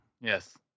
Yes